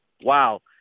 wow